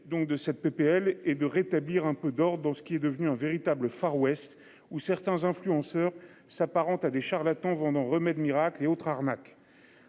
de cette PPL et de rétablir un peu d'or dans ce qui est devenu un véritable Far-West où certains influenceurs s'apparentent à des charlatans vendant remède miracle et autres arnaques